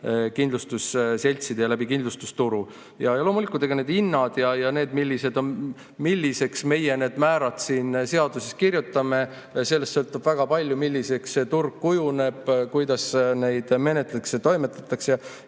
kindlustusseltside ja läbi kindlustusturu. Loomulikult, ega need hinnad ja see, milliseks meie need määrad siin seaduses kirjutame, sellest sõltub väga palju, milliseks see turg kujuneb, kuidas neid asju menetletakse ja toimetatakse.